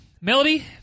Melody